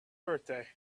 birthday